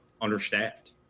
understaffed